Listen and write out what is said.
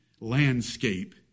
landscape